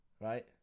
right